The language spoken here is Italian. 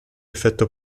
effetto